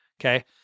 okay